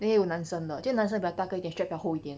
then 它也有男生的我觉得男生的比较大个一点 strap 比较厚一点